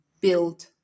build